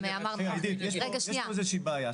עידית, יש פה איזושהי בעיה.